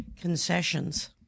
Concessions